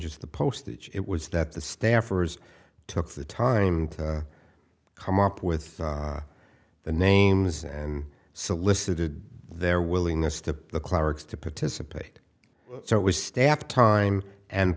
just the postage it was that the staffers took the time to come up with the names and solicited their willingness to the clerics to participate so it was staffed time and